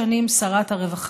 שרת החוץ, ושבע שנים, שרת הרווחה.